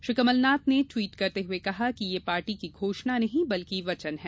श्री कमलनाथ ने ट्वीट करते हुए कहा है कि ये पार्टी की घोषणा नहीं बल्कि वचन है